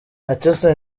manchester